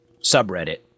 subreddit